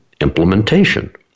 implementation